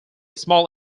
small